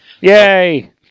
Yay